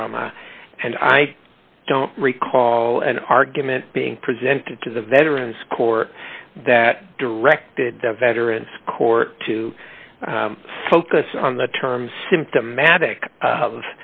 trauma and i don't recall an argument being presented to the veterans court that directed the veterans court to focus on the term symptomatic